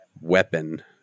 weapon